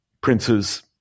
Prince's